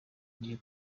iryo